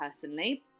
personally